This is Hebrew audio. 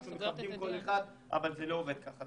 אנחנו מכבדים כל אחד אבל זה לא עובד ככה.